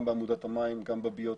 גם בעמודת המים וגם בביוטה,